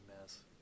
mess